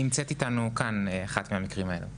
נמצאת אתנו כאן אחת מהמקרים האלה.